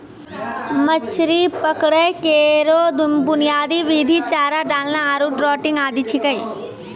मछरी पकड़ै केरो बुनियादी विधि चारा डालना आरु ट्रॉलिंग आदि छिकै